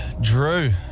Drew